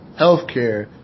healthcare